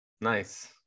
Nice